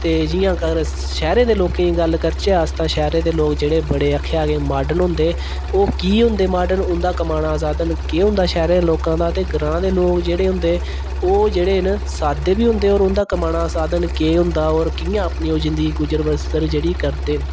ते जि'यां जेकर शैह्रे दे लोकें दी गल्ल करचै अस ते शैहरें दे लोक जेह्डे बड़े मार्डन होंदे ओह् की होंदे मार्डन उंदा कमाने दा साधन केह् होंदा शैहरे दे लोकें दा ते ग्रां दे लोक जैह्ड़े होदे ओह् जेहडे न साद्दे बी होंदे ते उदां कमाना दा साघन के होंदा ते और कियां औह् अपनी जिदंगी गूजर बसर करदे न